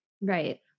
Right